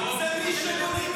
אני לא מדבר על הנושא.